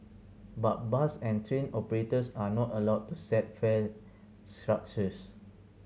but bus and train operators are not allowed to set fare structures